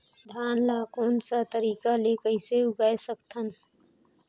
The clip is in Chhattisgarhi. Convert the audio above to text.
धान ला कोन सा तरीका ले जल्दी कइसे उगाय सकथन?